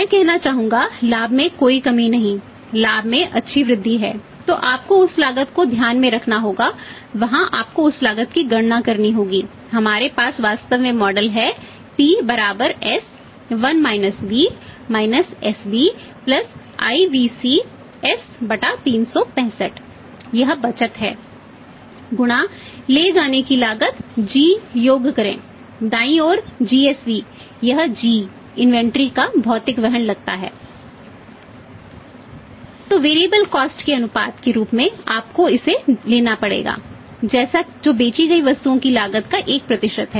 में कहना चाहूंगा लाभ में कोई कमी नहीं लाभ में वृद्धि अच्छी है तो आपको उस लागत को ध्यान में रखना होगा वहां आपको उस लागत की गणना करनी होगी हमारे पास वास्तव में मॉडल के अनुपात के रूप में आपको इसे लेना पड़ेगा जैसा जो बेची गई वस्तुओं की लागत का एक प्रतिशत है